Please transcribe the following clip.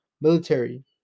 military